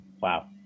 Wow